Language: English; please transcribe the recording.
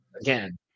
again